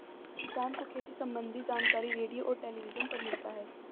किसान को खेती सम्बन्धी जानकारी रेडियो और टेलीविज़न पर मिलता है